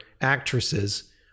actresses